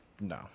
No